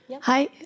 Hi